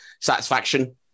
satisfaction